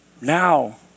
Now